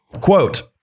Quote